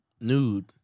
Nude